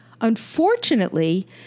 Unfortunately